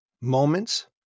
moments